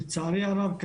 לצערי הרב,